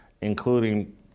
including